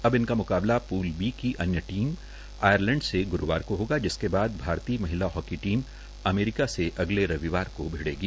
अब इनका मुकाबला पूल बी के अ य ट म आयरलड से गू गबार को होगा जिसके बाद भारतीय म हला hockey team America से अगले र ववार को भड़ेगी